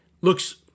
looks